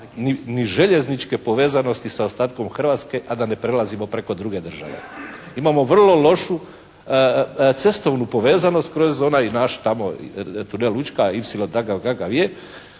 ni željezničke povezanosti sa ostatkom Hrvatske a da ne prelazimo preko druge države. Imamo vrlo lošu cestovnu povezanost kroz onaj naš tamo tunel Učka, Ipsilon takav kakav je,